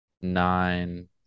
Nine